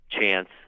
chance